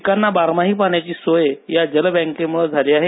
पिकांना बारमाही पाण्याची सोय या जलबँकेम्ळे झाली आहे